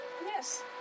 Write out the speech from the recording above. Yes